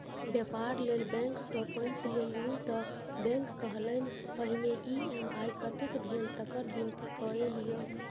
बेपार लेल बैंक सँ पैंच लेलनि त बैंक कहलनि पहिने ई.एम.आई कतेक भेल तकर गिनती कए लियौ